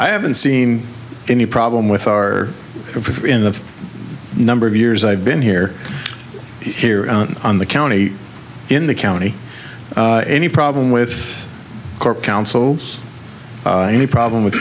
i haven't seen any problem with our in the number of years i've been here here on the county in the county any problem with cork councils any problem with